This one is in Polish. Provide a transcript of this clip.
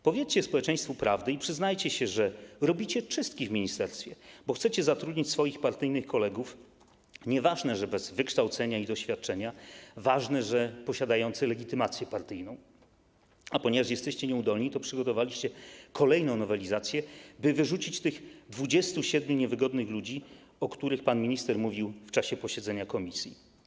Powiedzcie społeczeństwu prawdę i przyznajcie się, że robicie czystki w ministerstwie, bo chcecie zatrudnić swoich partyjnych kolegów, nieważne, że bez wykształcenia i doświadczenia, ważne, że posiadających legitymację partyjną, a ponieważ jesteście nieudolni, to przygotowaliście kolejną nowelizację, by wyrzucić tych 27 niewygodnych ludzi, o których pan minister mówił w czasie posiedzenia komisji.